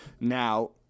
Now